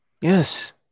Yes